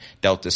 delta